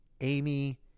amy